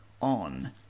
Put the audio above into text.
on